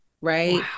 right